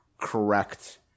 correct